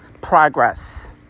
progress